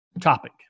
topic